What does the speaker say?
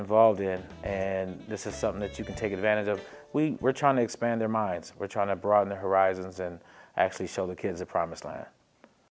involved in and this is something that you can take advantage of we were trying to expand their minds were trying to broaden their horizons and actually show the kids a promised land